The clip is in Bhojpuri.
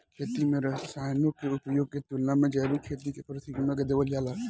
खेती में रसायनों के उपयोग के तुलना में जैविक खेती के प्राथमिकता देवल जाला